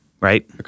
Right